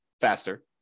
faster